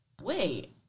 Wait